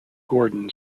gordon